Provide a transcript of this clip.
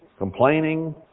complaining